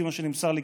לפי מה שנמסר לי,